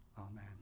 Amen